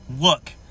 look